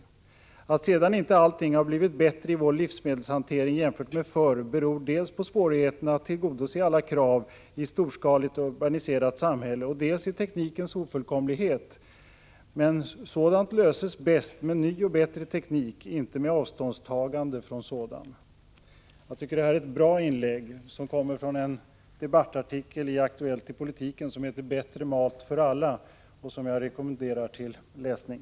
Det heter vidare: ”Att sedan inte allting har blivit bättre i vår livsmedelshantering jämfört med förr, beror dels på svårigheterna att tillgodose alla krav i ett storskaligt urbaniserat samhälle och dels i teknikens ofullkomlighet, men sådant löses bäst med ny och bättre teknik, inte med ett avståndstagande från sådan.” Jag tycker att detta är ett bra inlägg. Det gjordes i ett debattartikel i Aktuellt i politiken och har rubriken ”Bättre mat till alla”. Jag rekommenderar artikeln till läsning.